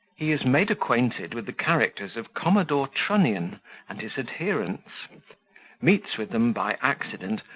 he is made acquainted with the characters of commodore trunnion and his adherents meets with them by accident,